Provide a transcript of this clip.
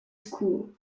school